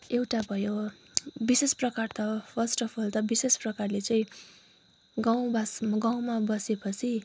एउटा भयो विशेष प्रकार त फर्स्ट अफ् अल त विशेष प्रकारले चाहिँ गाउँबास गाउँमा बसेपछि